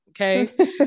Okay